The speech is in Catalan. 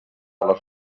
les